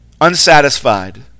unsatisfied